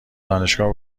دانشگاه